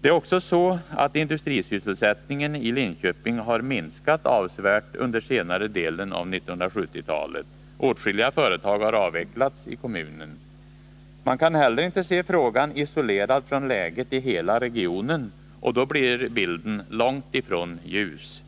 Det är också så, att industrisysselsättningen i Linköping har minskat avsevärt under senare delen av 1970-talet. Åtskilliga företag har avvecklats i kommunen. Man kan heller inte se frågan isolerad från läget i hela regionen, och då blir bilden långt ifrån ljus.